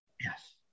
Yes